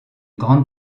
grande